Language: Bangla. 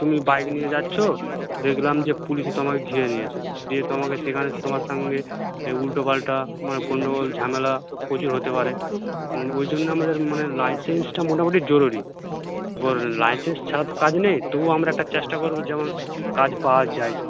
তুমি বাইক নিয়ে যাচ্ছ দেখলাম যে পুলিশ তোমাকে ঘিরে নিয়েছে দিয়ে তোমাকে সেখানে তোমার সঙ্গে উলটোপালটা মানে গন্ডগোল ঝামেলা প্রচুর হতে পারে ওই জন্য আমাদের মানে লাইসেন্সটা মোটামুটি জরুরি এবার লাইসেন্স ছাড়া তো কাজ নেই তবু আমরা একটা চেষ্টা করব যেমন কাজ পাওয়া যায়